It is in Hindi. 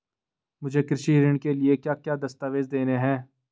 मुझे कृषि ऋण के लिए क्या क्या दस्तावेज़ देने हैं?